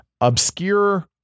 obscure